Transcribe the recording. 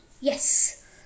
Yes